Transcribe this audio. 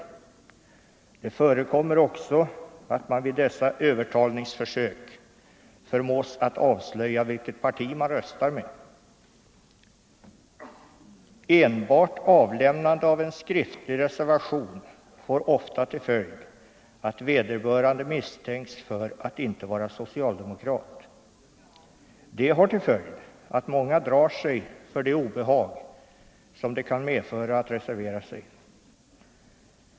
Vidare förekommer det att människor vid dessa övertalningsförsök förmås att avslöja vilket parti de röstar med. Enbart avlämnande av en skriftlig reservation resulterar ofta i att vederbörande misstänks för att inte vara socialdemokrat. Det har till följd att många drar sig för det obehag som det kan medföra att reservera sig.